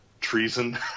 treason